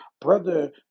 Brother